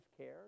care